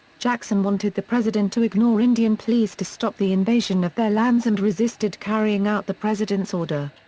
jackson wanted the president to ignore indian pleas to stop the invasion of their lands and resisted carrying out the president's order.